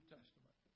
Testament